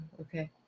Okay